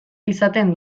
izaten